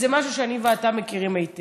אבל אם זה פי ארבעה,